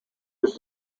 his